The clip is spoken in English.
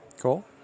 Cool